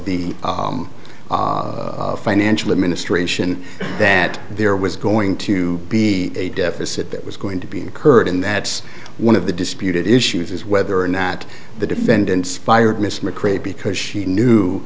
the financial administration that there was going to be a deficit that was going to be incurred in that's one of the disputed issues is whether or not the defendants fired miss mccrae because she knew